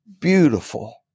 beautiful